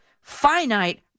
finite